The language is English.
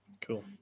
Cool